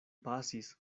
pasis